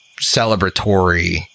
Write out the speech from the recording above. celebratory